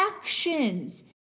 actions